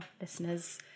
listeners